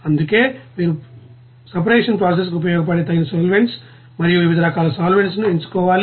అందుకే మీరు separation process కు ఉపయోగపడే తగిన సోలవెంట్స్ మరియు వివిధ రకాల సోలవెంట్స్ ను ఎంచుకోవాలి